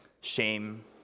Shame